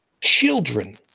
Children